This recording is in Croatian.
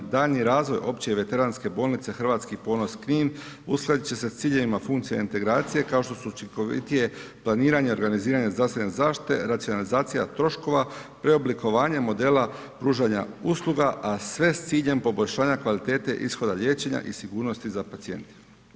Daljnji razvoj Opće i veteranske bolnice Hrvatski ponos Knin, uskladit će se ciljevima funkcionalne integracije kao što su učinkovitije planiranje i organiziranje zdravstvene zaštite, racionalizacija troškova, preoblikovanje modela pružanja usluga, a sve s ciljem poboljšanja kvalitete ishoda liječenja i sigurnosti za pacijente.